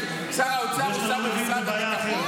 שר האוצר, שר במשרד הביטחון.